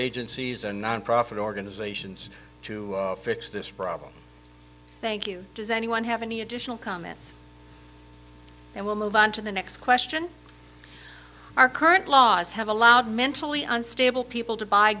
agencies and nonprofit organizations to fix this problem thank you does anyone have any additional comments and we'll move on to the next question our current laws have allowed mentally unstable people to buy